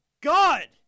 God